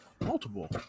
multiple